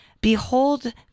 Behold